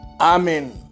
Amen